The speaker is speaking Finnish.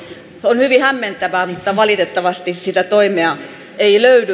on hyvin hämmentävää mutta valitettavasti sitä toimea ei löydy